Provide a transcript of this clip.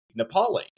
Nepali